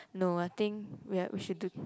no I think we are we should do